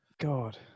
god